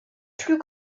plus